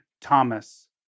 Thomas